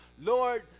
Lord